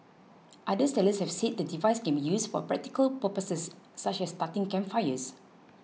other sellers have said the device can be used for practical purposes such as starting campfires